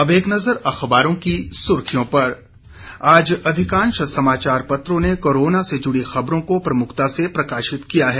अब एक नजर अखबारों की सुर्खियों पर आज अधिकांश समाचार पत्रों ने कोरोना से जुड़ी ख़बरों को प्रमुखता से प्रकाशित किया है